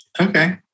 okay